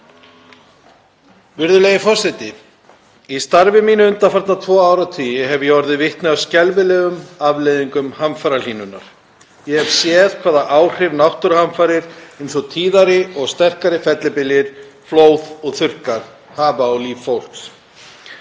Virðulegi forseti. Í starfi mínu undanfarna tvo áratugi hef ég orðið vitni að skelfilegum afleiðingum hamfarahlýnunar. Ég hef séð hvaða áhrif náttúruhamfarir eins og tíðari og sterkari fellibyljir, flóð og þurrkar hafa á líf fólks.